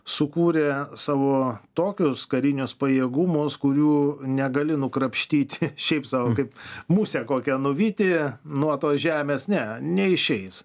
sukūrė savo tokius karinius pajėgumus kurių negali nukrapštyti šiaip sau kaip musę kokią nuvyti nuo tos žemės ne neišeis